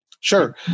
Sure